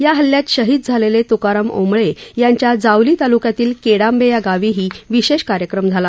या हल्यात शहीद झालेले त्काराम ओंबळे यांच्या जावली ताल्क्यातील केडांबे या गावातही विशेष कार्यक्रम झाला